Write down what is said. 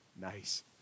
nice